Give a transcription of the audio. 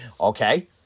Okay